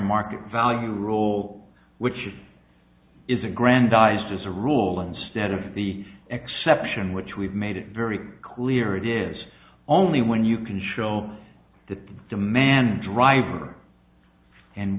market value role which is aggrandized as a rule instead of the exception which we've made it very clear it is only when you can show that the demand driver and